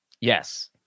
yes